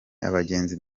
abagenzi